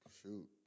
Shoot